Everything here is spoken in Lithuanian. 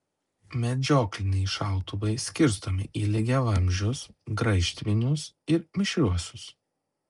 medžiokliniai šautuvai skirstomi į lygiavamzdžius graižtvinius ir mišriuosius